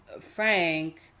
Frank